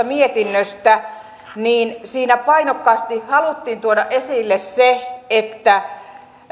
mietinnöstä näki siinä painokkaasti haluttiin tuoda esille se että